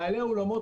בעלי האולמות,